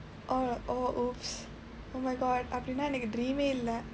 oh oh !oops! oh my god அப்படினா எனக்கு:appadinaa enakku dream eh இல்லை:illai